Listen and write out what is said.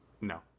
No